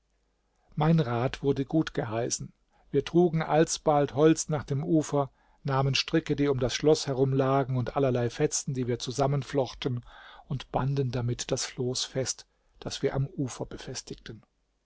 mein rat wurde gutgeheißen wir trugen alsbald holz nach dem ufer nahmen stricke die um das schloß herum lagen und allerlei fetzen die wir zusammenflochten und banden damit das floß fest das wir am ufer befestigten